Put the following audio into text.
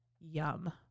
Yum